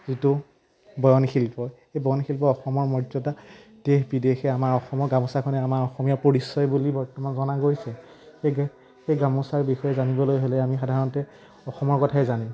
যিটো বয়নশিল্প এই বয়নশিল্প অসমৰ মৰ্যদা দেশ বিদেশে আমাৰ অসমৰ গামোচাখনে আমাৰ অসমীয়া পৰিচয় বুলি বৰ্তমান জনা গৈছে এই গামোচাৰ বিষয়ে জানিবলৈ হ'লে আমি সাধাৰণতে অসমৰ কথাই জানে